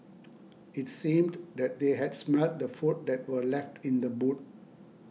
it seemed that they had smelt the food that were left in the boot